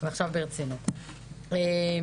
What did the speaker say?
אני